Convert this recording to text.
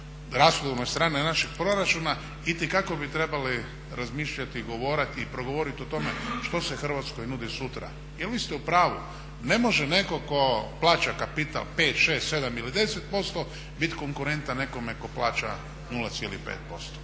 rashodovnoj strani našeg proračuna itekako bi trebali razmišljati i progovoriti o tome što se Hrvatskoj nudi sutra. Jer vi ste u pravu. Ne može netko tko plaća kapitala 5, 6, 7 ili 10% bit konkurentan nekome tko plaća 0,5%.